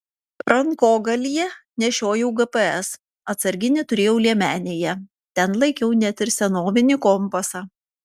rankogalyje nešiojau gps atsarginį turėjau liemenėje ten laikiau net ir senovinį kompasą